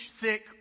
thick